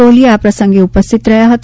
કોહલી આ પ્રસંગે ઉપસ્થિત રહ્યા હતા